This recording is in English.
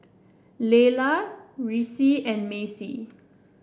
Lelah Reece and Maci